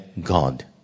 God